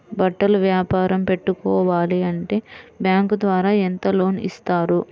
బట్టలు వ్యాపారం పెట్టుకోవాలి అంటే బ్యాంకు ద్వారా ఎంత లోన్ ఇస్తారు?